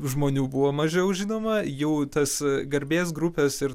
žmonių buvo mažiau žinoma jų tas garbės grupės ir